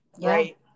right